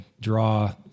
draw